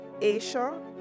Asia